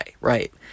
right